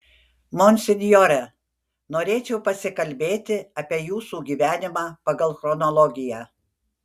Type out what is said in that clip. monsinjore norėčiau pasikalbėti apie jūsų gyvenimą pagal chronologiją